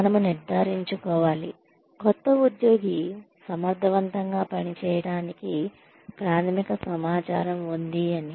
మనము నిర్ధారించుకోవాలి కొత్త ఉద్యోగి సమర్థవంతంగా పనిచేయడానికి ప్రాథమిక సమాచారం ఉంది అని